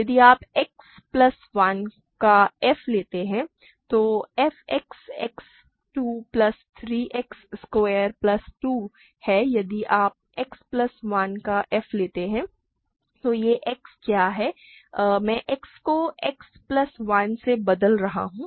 यदि आप X plus 1 का f लेते हैं तो f X X 2 plus 3 X square plus 2 है यदि आप X प्लस 1 का f लेते हैं तो यह X क्या है मैं X को X प्लस 1 से बदल रहा हूं